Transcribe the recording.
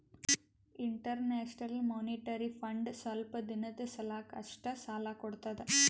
international monetary fund ಸ್ವಲ್ಪ್ ದಿನದ್ ಸಲಾಕ್ ಅಷ್ಟೇ ಸಾಲಾ ಕೊಡ್ತದ್